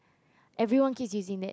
everyone keeps using that